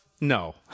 No